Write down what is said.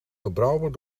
gebrouwen